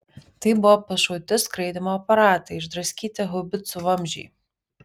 tai buvo pašauti skraidymo aparatai išdraskyti haubicų vamzdžiai